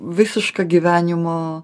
visišką gyvenimo